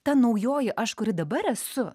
ta naujoji aš kuri dabar esu